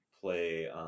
play